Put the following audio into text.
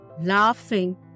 Laughing